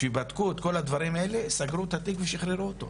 בדקו את כל הדברים האלה וסגרו את התיק ושחררו אותו.